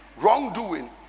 wrongdoing